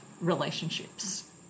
relationships